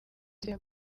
zitera